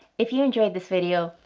if you enjoyed this video,